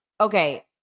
Okay